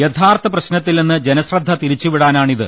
യഥാർത്ഥ പ്രശ്നത്തിൽനിന്ന് ജനശ്രദ്ധ തിരി ച്ചുവിടാനാണിത്